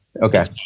Okay